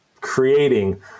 creating